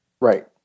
Right